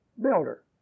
builder